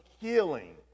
healing